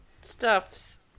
stuffs